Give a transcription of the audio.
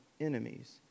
enemies